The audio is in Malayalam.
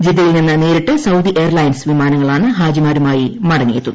ജിദ്ദയിൽനിന്ന് നേരിട്ട് സൌദി എയർലൈൻസ് വിമാനങ്ങളാണ് ഹാജിമാരുമായി മടങ്ങിയെത്തുന്നത്